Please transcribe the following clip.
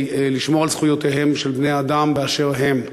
לשמור על זכויותיהם של בני-האדם באשר הם.